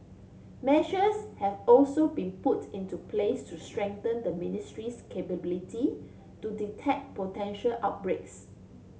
measures have also been put into place to strengthen the ministry's capability to detect potential outbreaks